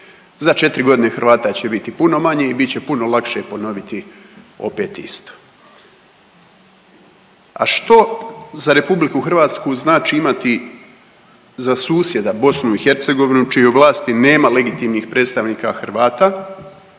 Za 4 godine Hrvata će biti puno manje i bit će puno lakše ponoviti opet isto. A što za RH znači imati za susjedna BiH u čijoj vlasti nema legitimnih predstavnika Hrvata